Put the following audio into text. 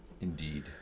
Indeed